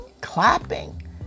clapping